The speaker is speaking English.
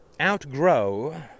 outgrow